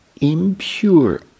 impure